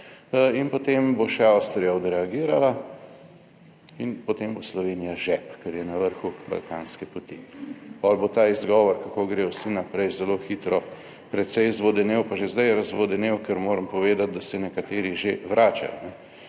in potem bo še Avstrija odreagirala in potem bo Slovenija žep, ker je na vrhu balkanske poti. Pol bo ta izgovor, kako grejo vsi naprej, zelo hitro precej zvodenel pa že zdaj razvodenel, ker moram povedati, da se nekateri že vračajo.